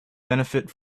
benefit